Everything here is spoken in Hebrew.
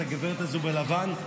את הגברת הזאת בלבן?